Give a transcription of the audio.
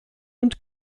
und